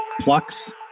plucks